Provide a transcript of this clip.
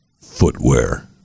footwear